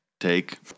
Take